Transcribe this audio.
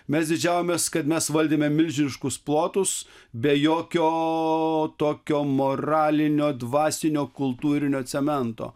mes didžiavomės kad mes valdėme milžiniškus plotus be jokio tokio moralinio dvasinio kultūrinio cemento